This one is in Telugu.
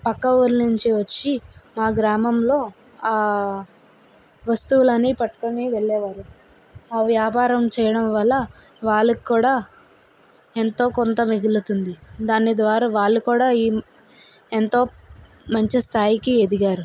పక్క ఊరి నుంచి వచ్చి మా గ్రామంలో వస్తువులని పట్టుకొని వెళ్లేవారు ఆ వ్యాపారం చేయడం వల్ల వాళ్లకు కూడా ఎంతో కొంత మిగులుతుంది దాని ద్వారా వాళ్లు కూడా ఇ ఎంతో మంచి స్థాయికి ఎదిగారు